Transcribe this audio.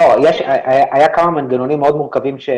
לא, היו כמה מנגנונים מאוד מורכבים.